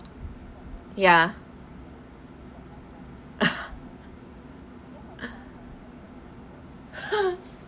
ya